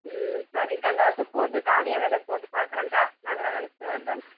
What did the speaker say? ம் சரிக்கா இந்த வருஷம் போட்டு தானிய வித போட்டுப் பார்க்குறங்க்கா நல்ல விளச்சல் வருதான்னு